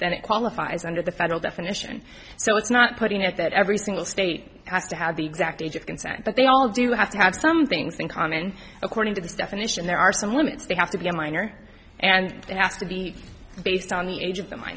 then it qualifies under the federal definition so it's not putting out that every single state has to have the exact age of consent but they all do have to have some things in common according to this definition there are some limits they have to be a minor and ask to be based on the age of the